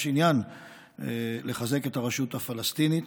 יש עניין לחזק את הרשות הפלסטינית.